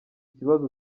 ikibazo